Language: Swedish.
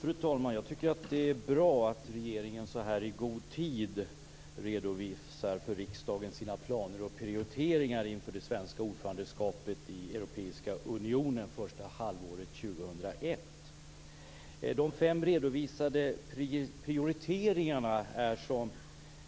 Fru talman! Jag tycker att det är bra att regeringen så här i god tid redovisar för riksdagen sina planer och prioriteringar inför det svenska ordförandeskapet i Europeiska unionen första halvåret 2001. De fem redovisade prioriteringarna är, som